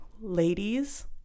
ladies